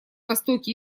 востоке